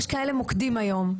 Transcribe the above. יש כאלה מוקדים היום,